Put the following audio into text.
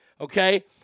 Okay